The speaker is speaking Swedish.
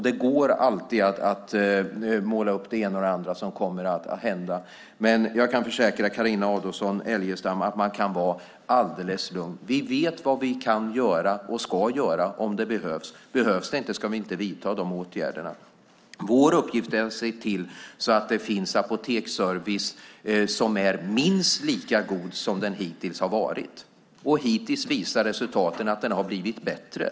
Det går alltid att måla upp det ena eller det andra som kommer att hända. Men jag kan försäkra Carina Adolfsson Elgestam att man kan vara alldeles lugn. Vi vet vad vi kan göra och ska göra om det behövs. Om det inte behövs ska vi inte vidta dessa åtgärder. Vår uppgift är att se till att det finns apoteksservice som är minst lika god som den hittills har varit. Hittills visar resultaten att den har blivit bättre.